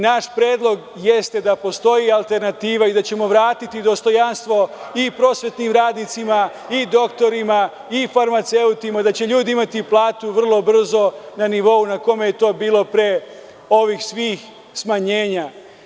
Naš predlog jeste da postoji alternativa i da ćemo vratiti dostojanstvo i prosvetnim radnicima, i doktorima, i farmaceutima, da će ljudi imati platu vrlo brzo na nivou na kome je to bilo pre ovih svih smanjenja.